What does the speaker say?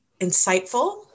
insightful